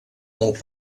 molt